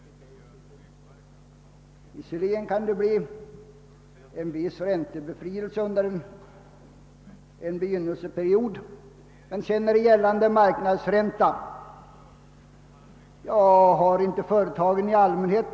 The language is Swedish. Visserligen kan de få en viss räntebefrielse under en begynnelseperiod, men sedan tillämpas gällande marknadsränta. Gäller då inte detta företagen i allmänhet?